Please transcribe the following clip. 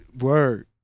Word